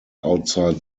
outside